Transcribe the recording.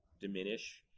diminish